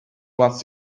wants